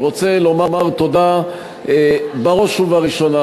אני רוצה לומר תודה בראש ובראשונה,